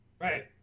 Right